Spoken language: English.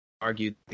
argued